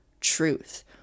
truth